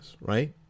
right